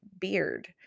beard